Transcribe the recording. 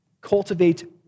Cultivate